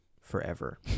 forever